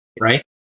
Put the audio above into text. right